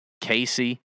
Casey